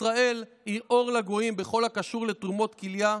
ישראל היא אור לגויים בכל הקשור לתרומות כליה.